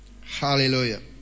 Hallelujah